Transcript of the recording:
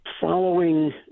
Following